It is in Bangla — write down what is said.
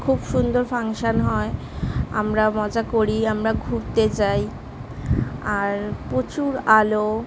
খুব সুন্দর ফাংশান হয় আমরা মজা করি আমরা ঘুরতে যাই আর প্রচুর আলো